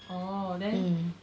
orh then